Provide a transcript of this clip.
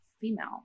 female